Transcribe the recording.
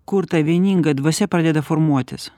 kur ta vieninga dvasia pradeda formuotis